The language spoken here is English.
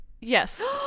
Yes